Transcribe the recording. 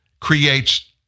creates